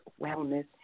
Wellness